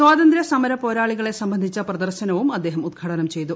സ്വാതന്ത്ര്യ സമര പോരാളികളെ സംബന്ധിച്ച പ്രദർശനവും അദ്ദേഹം ഉദ്ഘാടനം ചെയ്തു